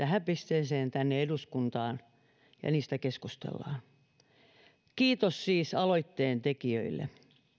tähän pisteeseen tänne eduskuntaan ja niistä keskustellaan kiitos siis aloitteen tekijöille